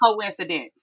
coincidence